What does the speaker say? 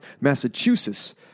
Massachusetts